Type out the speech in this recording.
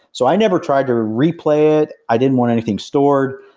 so i never tried to replay it, i didn't want anything stored,